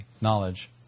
knowledge